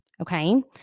okay